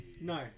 No